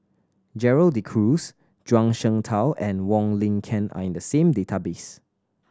Gerald De Cruz Zhuang Shengtao and Wong Lin Ken are in the same database